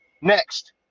next